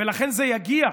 ולכן זה יגיע,